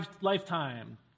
lifetime